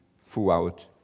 throughout